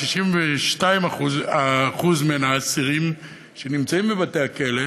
62% מן האסירים שנמצאים בבתי-הכלא,